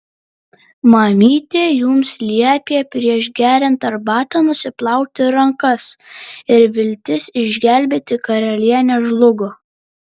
mamytė jums liepė prieš geriant arbatą nusiplauti rankas ir viltis išgelbėti karalienę žlugo